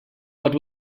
but